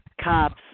cops